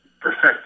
perfect